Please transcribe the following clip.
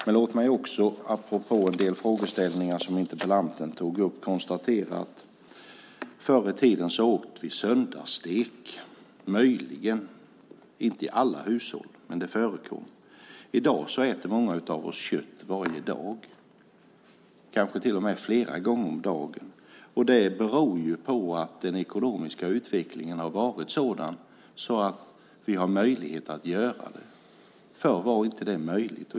Men låt mig också apropå en del av interpellantens frågeställningar konstatera att vi förr i tiden möjligen åt söndagsstek - inte i alla hushåll, men det förekom - medan många av oss i dag äter kött varje dag, kanske till och med flera gånger om dagen. Det beror på att den ekonomiska utvecklingen har varit sådan att vi har fått möjlighet att göra det. Förr var inte det möjligt.